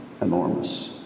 enormous